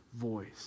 voice